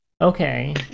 Okay